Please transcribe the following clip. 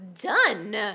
done